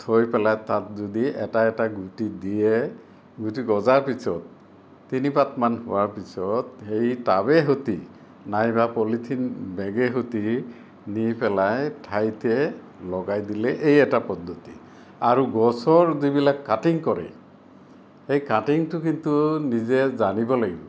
থৈ পেলাই তাত যদি এটা এটা গুটি দিয়ে গুটি গজাৰ পিছত তিনিপাতমান হোৱাৰ পিছত সেই তাবে হতি নাইবা পলিথিন বেগে হতি নি পেলাই ঠাইতে লগাই দিলে এই এটা পদ্ধতি আৰু গছৰ যিবিলাক কাটিং কৰে সেই কাটিঙটো কিন্তু নিজে জানিব লাগিব